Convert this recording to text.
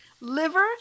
Liver